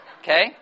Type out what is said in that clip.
Okay